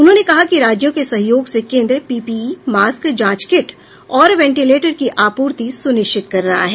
उन्होंने कहा कि राज्यों के सहयोग से केन्द्र पीपीई मॉस्क जांच किट और वेंटीलेटर की आप्रर्ति सुनिश्चित कर रहा है